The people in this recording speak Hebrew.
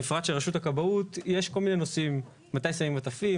במפרט של רשות הכבאות יש כל מיני נושאים: מתי שמים מטפים,